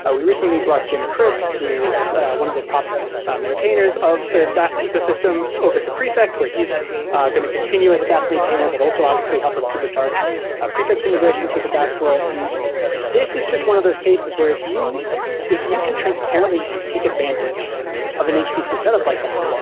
ah we recently brought jim crist who is one of the top maintainers of dask ecosystem over to prefect where he's been a continuous dask maintainer, but also obviously help us supercharge prefect's integrations with the dask world. and this is just one of those cases where if you if you can transparently take advantage of an hpc set up like that,